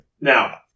Now